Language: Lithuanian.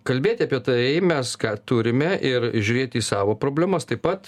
kalbėti apie tai mes ką turime ir žiūrėti į savo problemas taip pat